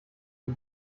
die